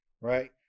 right